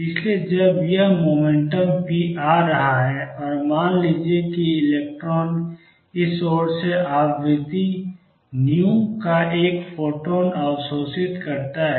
इसलिए जब यह मोमेंटम p आ रहा है और मान लीजिए कि इलेक्ट्रॉन इस ओर से आवृत्ति nu का एक फोटॉन अवशोषित करता है